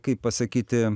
kaip pasakyti